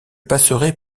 passerai